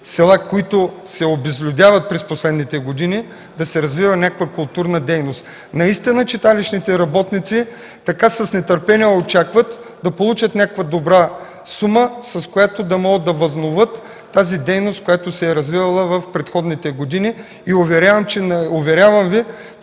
селата, които се обезлюдяват през последните години, да се развива някаква културна дейност. Читалищните работници с нетърпение очакват да получат добра сума, с която да могат да възобновят дейността, която се е развивала в предходните години. Уверявам Ви,